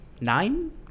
nine